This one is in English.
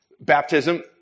baptism